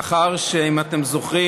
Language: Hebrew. אם אתם זוכרים,